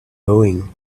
doing